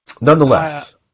Nonetheless